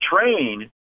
train